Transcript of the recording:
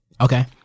Okay